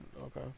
okay